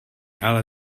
ale